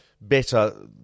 better